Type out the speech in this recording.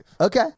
Okay